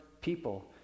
people